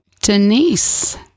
Denise